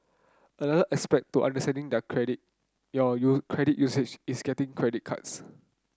another aspect to understanding your credit your credit usage is getting credit cards